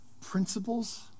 principles